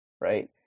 right